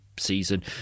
season